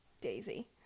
Daisy